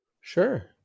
Sure